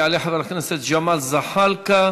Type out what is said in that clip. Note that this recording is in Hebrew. יעלה חבר הכנסת ג'מאל זחאלקה,